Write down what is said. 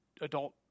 adult